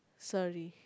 sorry